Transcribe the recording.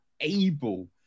able